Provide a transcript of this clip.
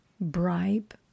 bribe